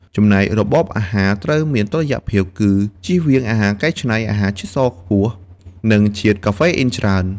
ចំណែក របបអាហារត្រូវមានតុល្យភាព គឺជៀសវាងអាហារកែច្នៃ អាហារជាតិស្ករខ្ពស់ និងជាតិកាហ្វេអ៊ីនច្រើន។